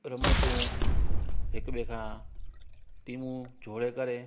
रमतूं हिकु ॿिए खां टीमूं जोड़े करे